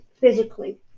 physically